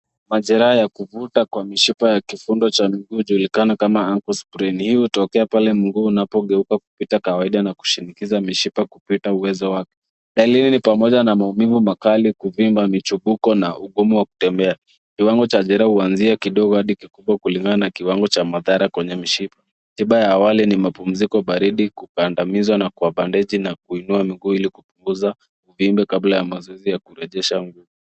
Majeraha ya kuvuta kwa mishipa ya kifundo cha mguu inajulikana kama ankle sprain . Hii hutokea pale mguu unapogeuka kupita kawaida na kushinikiza mishipa kupita uwezo wake. Dalili ni pamoja na maumivu makali, kuvimba, michipuko, na ugumu wa kutembea. Kiwango cha jeraha huanzia kidogo hadi kikubwa kulingana na kiwango cha madhara kwenye mishipa. Tiba ya awali ni mapumziko baridi, kukandamizwa kwa bendeji, na kuinua miguu ili kupungunza uvimbe kabla ya mazoezi ya kurejesha nguvu.